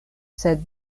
sed